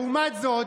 לעומת זאת,